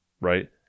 right